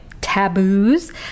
taboos